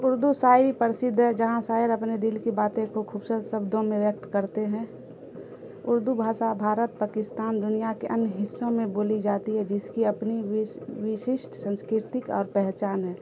اردو شاعری پرسدھ ہے جہاں شاعر اپنے دل کی باتیں کو خوبصورت شبدوں میں ویکت کرتے ہیں اردو بھاشا بھارت پاکستان دنیا کے ان حصوں میں بولی جاتی ہے جس کی اپنی وش وششٹ سنسکرتک اور پہچان ہے